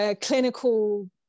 clinical